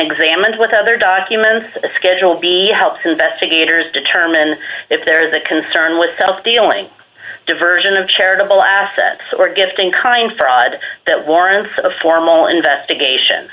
examined with other documents a schedule b how to best gaiters determine if there is a concern with self dealing diversion of charitable assets or gifting kind fraud that warrants a formal investigation